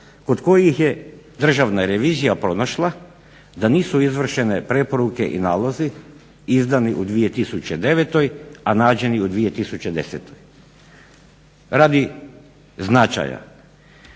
kod kojih je Državna revizija pronašla da nisu izvršene preporuke i nalozi izdani u 2009., a nađeni u 2010. radi značaja.